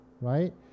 right